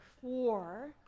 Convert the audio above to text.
four